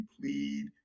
plead